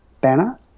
banner